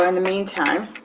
and the meantime.